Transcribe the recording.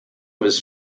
was